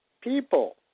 people